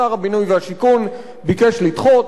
שר הבינוי והשיכון ביקש לדחות.